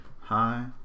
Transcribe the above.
Hi